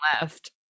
left